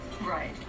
Right